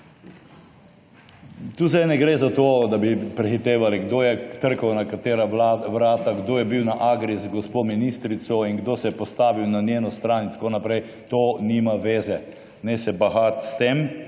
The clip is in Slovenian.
Tu zdaj ne gre za to, da bi prehitevali kdo je trkal na katera vrata, kdo je bil na AGRI z gospo ministrico in kdo se je postavil na njeno stran in tako naprej, to nima veze. Ne se bahati s tem.